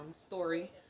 story